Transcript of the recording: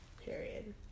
period